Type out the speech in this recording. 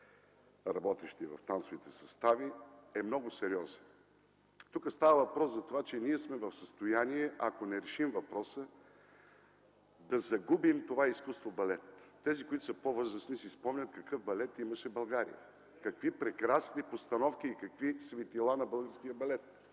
да кажа, че той е много сериозен. Тук става въпрос за това, че ние сме в състояние – ако не решим въпроса, да загубим балетното изкуство. Тези, които са по-възрастни, си спомнят какъв балет имаше България, какви прекрасни постановки и какви светила имаше българският балет!